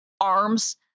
arms